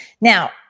Now